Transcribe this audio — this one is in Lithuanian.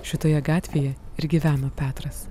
šitoje gatvėje ir gyveno petras